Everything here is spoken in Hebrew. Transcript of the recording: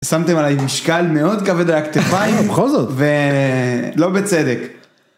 שמתם עליי משקל מאוד כבד על הכתפיים. בכל זאת. ולא בצדק.